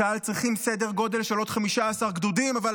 צה"ל צריכים סדר גודל של עוד 15 גדודים, אבל